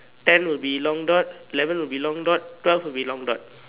ten will be long dot eleven will be long dot twelve will be long dot